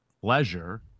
pleasure